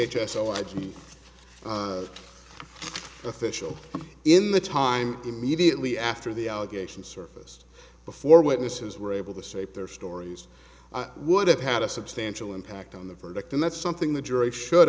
h s o r g official in the time immediately after the allegations surface before witnesses were able to say their stories would have had a substantial impact on the verdict and that's something the jury sh